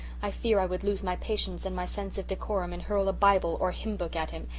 i fear i would lose my patience and my sense of decorum and hurl a bible or hymn-book at him,